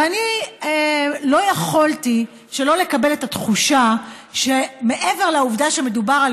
ואני לא יכולתי שלא לקבל את התחושה שמעבר לעובדה שמדובר על